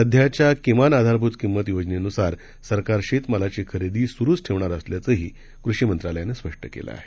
सध्याच्या किमान आधारभूत किंमत योजनेनुसार सरकार शेतमालाची खरेदी सुरुच ठेवणार असल्याचंही कृषी मंत्रालयानं स्पष्ट केलं आहे